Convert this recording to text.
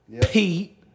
Pete